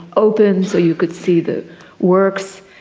open so you could see the works.